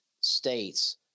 states